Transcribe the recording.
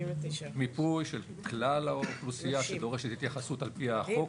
מיפוי של כלל האוכלוסייה שדורשת התייחסות על פי החוק.